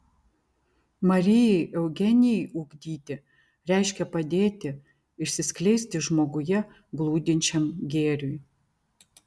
marijai eugenijai ugdyti reiškia padėti išsiskleisti žmoguje glūdinčiam gėriui